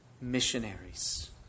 missionaries